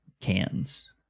cans